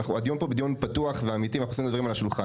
הדיון פה הוא דיון פתוח ואמיתי ואנחנו שמים את הדברים על השולחן.